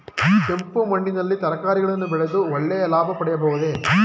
ಕೆಂಪು ಮಣ್ಣಿನಲ್ಲಿ ತರಕಾರಿಗಳನ್ನು ಬೆಳೆದು ಒಳ್ಳೆಯ ಲಾಭ ಪಡೆಯಬಹುದೇ?